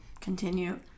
Continue